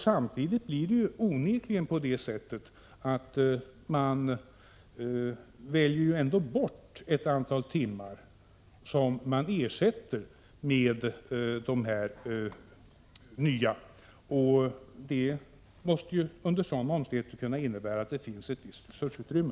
Samtidigt väljer man onekligen bort ett antal timmar som man ersätter med nya. Det måste under sådana omständigheter innebära att det finns ett resursutrymme.